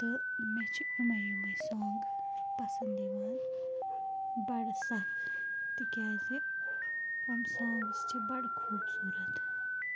تہٕ مےٚ چھِ یِمَے یِمَے سانٛگ پَسَنٛد یِوان بَڑٕ سَکھ تِکیٛازِ یِم سانٛگٕس چھِ بَڑٕ خوٗبصورَتھ